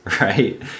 right